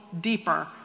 deeper